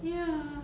ya